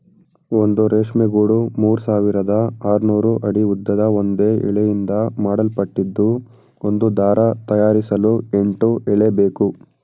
ಒಂದು ರೇಷ್ಮೆ ಗೂಡು ಮೂರ್ಸಾವಿರದ ಆರ್ನೂರು ಅಡಿ ಉದ್ದದ ಒಂದೇ ಎಳೆಯಿಂದ ಮಾಡಲ್ಪಟ್ಟಿದ್ದು ಒಂದು ದಾರ ತಯಾರಿಸಲು ಎಂಟು ಎಳೆಬೇಕು